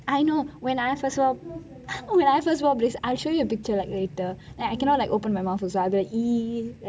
I know when I first wore when I first wore braces I will show you a picture like later then I cannot open my mouth also I would be like !ee!